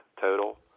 total